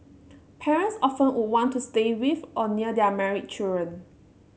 parents often would want to stay with or near their married children